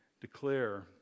Declare